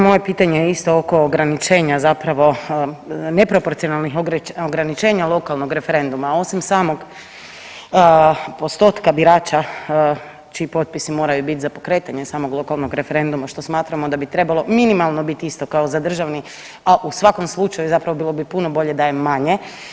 Moje pitanje je isto oko ograničenja zapravo neproporcionalnih ograničenja lokalnog referenduma, osim samog postotka birača čiji potpisi moraju biti za pokretanje samog lokalnog referenduma što smatramo da bi trebalo minimalno biti isto kao za državni, a u svakom slučaju bilo bi puno bolje da je manje.